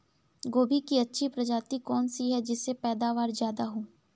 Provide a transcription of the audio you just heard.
गोभी की अच्छी प्रजाति कौन सी है जिससे पैदावार ज्यादा हो?